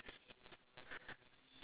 <S<